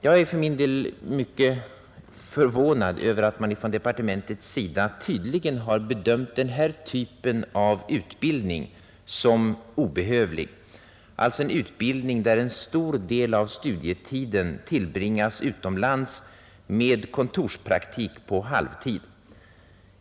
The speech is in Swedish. Jag är för min del mycket förvånad över att man från departementets sida tydligen bedömt denna typ av utbildning som obehövlig — alltså en utbildning där en stor del av studietiden tillbringas utomlands med kontorspraktik på halvtid.